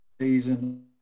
season